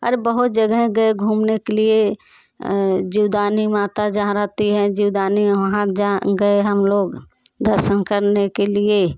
अरे बहुत जगह गए घूमने के लिए जीवदानी माता जहाँ रहती हैं जीवदानी वहाँ गए हम लोग दर्शन करने के लिए